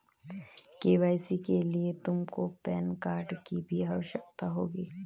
KYC के लिए तुमको पैन कार्ड की भी आवश्यकता होगी